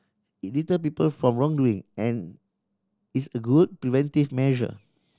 it deter people from wrongdoing and is a good preventive measure